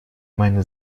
meine